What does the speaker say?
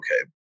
okay